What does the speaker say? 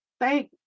Thank